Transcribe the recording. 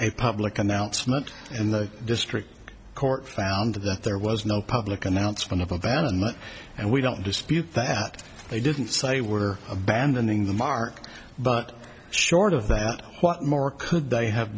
a public announcement in the district court found that there was no public announcement of abandonment and we don't dispute that they didn't say we're abandoning the mark but short of that what more could they have